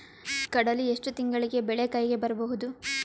ಕಡಲಿ ಎಷ್ಟು ತಿಂಗಳಿಗೆ ಬೆಳೆ ಕೈಗೆ ಬರಬಹುದು?